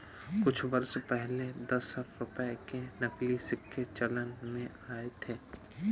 कुछ वर्ष पहले दस रुपये के नकली सिक्के चलन में आये थे